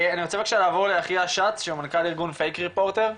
אני רוצה בבקשה לעבור לאחיה שץ מנכ"ל איגוד פייק רפורטר,